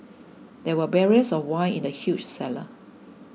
there were barrels of wine in the huge cellar